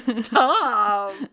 stop